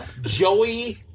Joey